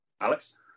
Alex